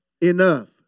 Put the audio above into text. Enough